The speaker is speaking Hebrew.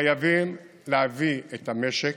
חייבים להביא את המשק